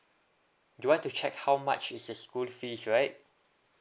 you want to check how much is the school fees right